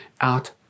out